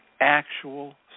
actual